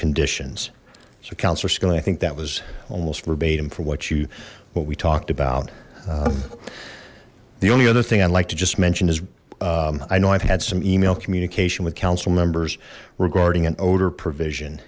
skilling i think that was almost verbatim for what you what we talked about the only other thing i'd like to just mention is i know i've had some email communication with council members regarding an odor provision